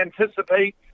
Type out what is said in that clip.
anticipate